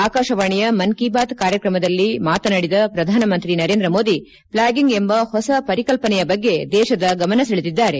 ಆಕಾಶವಾಣಿಯ ಮನ್ ಕಿ ಬಾತ್ ಕಾರ್ಯಕ್ರಮದಲ್ಲಿ ಮಾತನಾಡಿದ ಪ್ರಧಾನಮಂತ್ರಿ ನರೇಂದ್ರ ಮೋದಿ ಪ್ಲಾಗಿಂಗ್ ಎಂಬ ಹೊಸ ಪರಿಕಲ್ಪನೆಯ ಬಗ್ಗೆ ದೇತದ ಗಮನ ಸೆಳೆದಿದ್ದಾರೆ